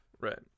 right